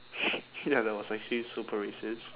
ya that was actually super racist